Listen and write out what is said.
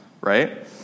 right